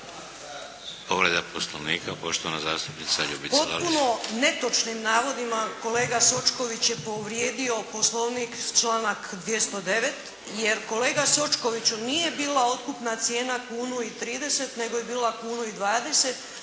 Povreda poslovnika poštovana zastupnica Ljubica Lalić. **Lalić, Ljubica (HSS)** Potpuno netočnim navodima kolega Sočković je povrijedio poslovnik članak 209. Jer, kolega Sočkoviću nije bila otkupna cijena kunu i 30 nego je bila kunu i 20